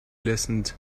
listened